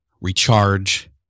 recharge